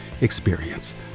experience